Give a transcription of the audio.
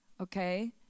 Okay